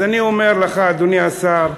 אז אני אומר לך, אדוני השר,